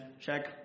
check